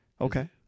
Okay